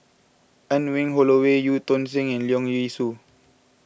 Anne Wong Holloway Eu Tong Sen and Leong Yee Soo